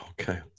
Okay